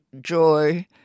joy